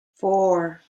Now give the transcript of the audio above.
four